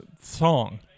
song